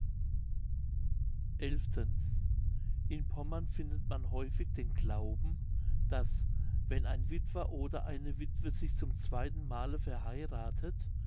in pommern findet man häufig den glauben daß wenn ein wittwer oder eine wittwe sich zum zweiten male verheirathet